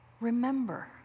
Remember